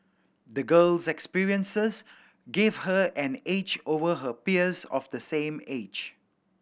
the girl's experiences gave her an edge over her peers of the same age